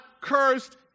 cursed